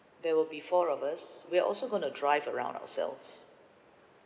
there will be four of us we're also going to drive around ourselves